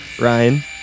Ryan